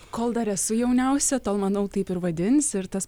kol dar esu jauniausia tol manau taip ir vadins ir tas